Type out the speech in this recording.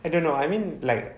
I don't know I mean like